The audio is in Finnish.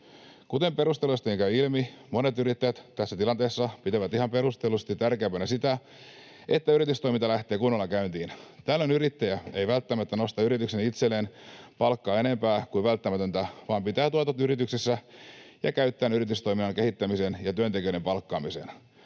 Kuten perusteluista jo käy ilmi, monet yrittäjät tässä tilanteessa pitävät ihan perustellusti tärkeämpänä sitä, että yritystoiminta lähtee kunnolla käyntiin. Tällöin yrittäjä ei välttämättä nosta yrityksestä itselleen palkkaa enempää kuin välttämätöntä vaan pitää tuotot yrityksessä ja käyttää ne yritystoiminnan kehittämiseen ja työtekijöiden palkkaamiseen.